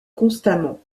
constamment